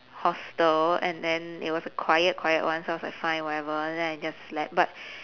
hostel and then it was a quiet quiet one so I was like fine whatever then I just slept but